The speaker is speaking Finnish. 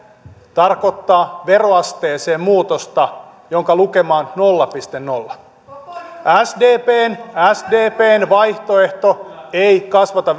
tarkoittaa veroasteeseen muutosta jonka lukema on nolla pilkku nolla sdpn sdpn vaihtoehto ei kasvata